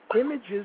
images